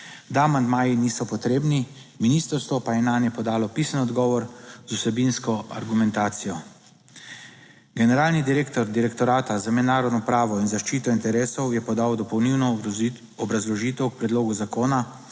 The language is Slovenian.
amandmaji niso potrebni, ministrstvo pa je nanje podalo pisni odgovor z vsebinsko argumentacijo. Generalni direktor Direktorata za mednarodno pravo in zaščito interesov je podal dopolnilno obrazložitev k predlogu zakona.